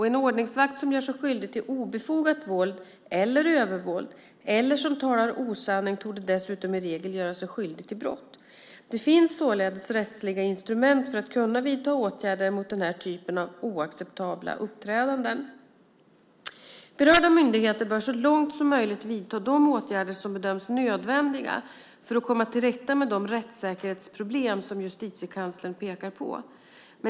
En ordningsvakt som gör sig skyldig till obefogat våld eller övervåld eller som talar osanning torde dessutom i regel göra sig skyldig till brott. Det finns således rättsliga instrument för att kunna vidta åtgärder mot denna typ av oacceptabla uppträdanden. Berörda myndigheter bör så långt som möjligt vidta de åtgärder som bedöms nödvändiga för att komma till rätta med de rättssäkerhetsproblem som Justitiekanslern pekar på.